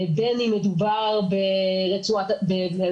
בין אם מדובר בביטחון,